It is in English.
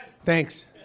Thanks